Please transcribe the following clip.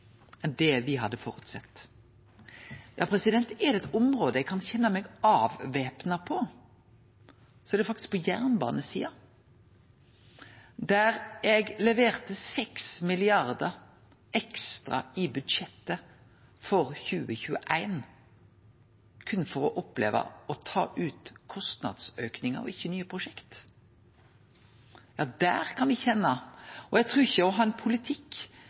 Er det eit område eg kan kjenne meg avvæpna på, er det faktisk på jernbanesida, der eg leverte 6 mrd. kr ekstra i budsjettet for 2021, berre for å oppleve å ta ut kostnadsauken, ikkje nye prosjekt. Der kan me kjenne på det. Eg trur at det å ha ein politikk